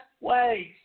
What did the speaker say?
ways